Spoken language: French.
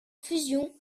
fusion